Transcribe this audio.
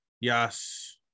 Yes